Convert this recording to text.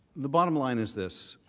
the bottom line is this,